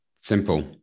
Simple